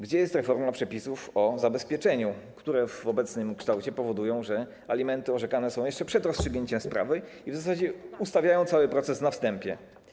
Gdzie jest reforma przepisów o zabezpieczeniu, które w obecnym kształcie powodują, że alimenty orzekane są jeszcze przed rozstrzygnięciem sprawy i w zasadzie ustawiają cały proces na wstępie?